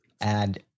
add